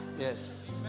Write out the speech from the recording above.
Yes